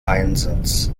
einsatz